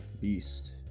beast